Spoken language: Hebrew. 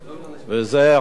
וזה על מנת